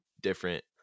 different